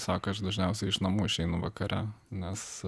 tiesiog aš dažniausiai iš namų išeinu vakare nes